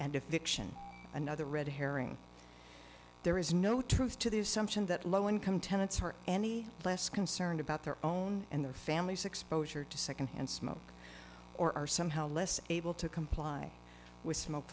and a fiction another red herring there is no truth to the assumption that low income tenants hurt any less concerned about their own and their families exposure to secondhand smoke or are somehow less able to comply with smoke